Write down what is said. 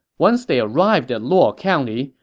once they arrived at luo county,